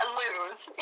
lose